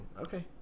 Okay